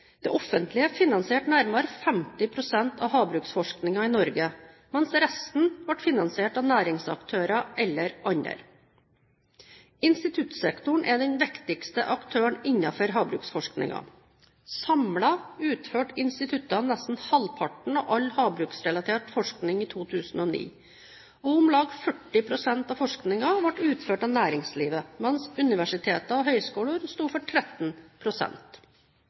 Det offentlige finansierte nærmere 50 pst. av havbruksforskningen i Norge, mens resten ble finansiert av næringsaktører eller andre. Instituttsektoren er den viktigste aktøren innenfor havbruksforskningen. Samlet utførte instituttene nesten halvparten av all havbruksrelatert forskning i 2009. Om lag 40 pst. av forskningen ble utført av næringslivet, mens universitet og høyskoler sto for